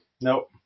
Nope